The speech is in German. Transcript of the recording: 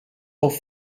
auf